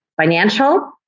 financial